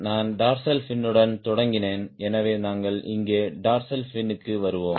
நான் டார்சல் ஃபினுடன் தொடங்கினேன் எனவே நாங்கள் இங்கே டார்சல் ஃபினுக்கு வருவோம்